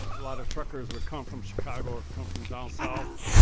a lot of truckers would come from chicago or come from south.